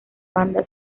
banda